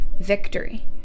victory